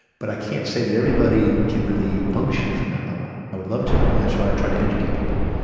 but i can't say that everybody can really function from that level. i would love to, and that's why i try to educate people.